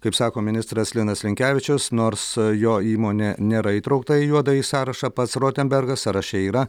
kaip sako ministras linas linkevičius nors jo įmonė nėra įtraukta į juodąjį sąrašą pats rotenbergas sąraše yra